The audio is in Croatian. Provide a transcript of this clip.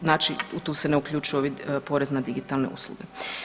Znači u tu se ne uključuju ovi porez na digitalne usluge.